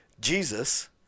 Jesus